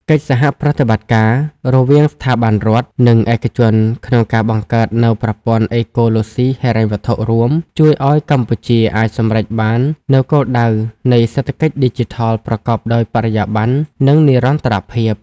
កិច្ចសហប្រតិបត្តិការរវាងស្ថាប័នរដ្ឋ និងឯកជនក្នុងការបង្កើតនូវប្រព័ន្ធអេកូឡូស៊ីហិរញ្ញវត្ថុរួម ជួយឱ្យកម្ពុជាអាចសម្រេចបាននូវគោលដៅនៃសេដ្ឋកិច្ចឌីជីថលប្រកបដោយបរិយាបន្ន និងនិរន្តរភាព។